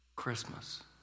Christmas